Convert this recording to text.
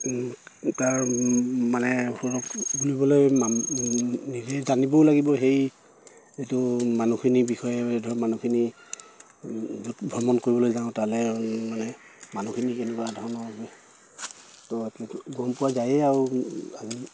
তাৰ মানে ধৰক নিজে জানিবও লাগিব সেই যিটো মানুহখিনিৰ বিষয়ে ধৰক মানুহখিনি য'ত ভ্ৰমণ কৰিবলৈ যাওঁ তালে মানে মানুহখিনি কেনেকুৱা ধৰণৰ ত' গম পোৱা যায়েই আৰু